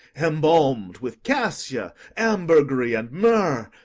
embalm'd with cassia, ambergris, and myrrh,